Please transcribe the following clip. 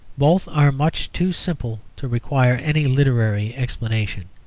both are much too simple to require any literary explanation.